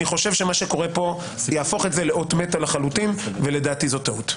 אני חושב שמה שקורה פה יהפוך את זה ל"אות מתה" לחלוטין ולדעתי זו טעות.